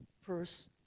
first